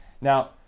now